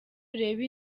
urebe